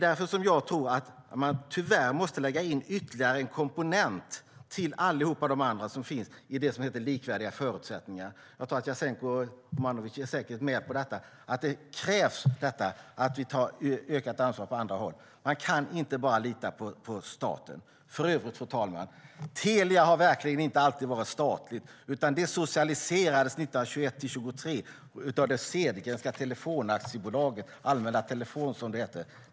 Därför tror jag att man tyvärr måste lägga ytterligare en komponent till alla de andra som finns i det som heter likvärdiga förutsättningar. Jasenko Omanovic är säkert med på detta. Det krävs att vi tar ökat ansvar på andra håll. Man kan inte bara lita på staten. För övrigt, fru talman: Telia har verkligen inte alltid varit statligt! Det socialiserades 1921-1923. Då förstatligade man det gamla Cedergrenska telefonaktiebolaget, Allmänna telefon, som det hette.